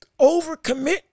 overcommit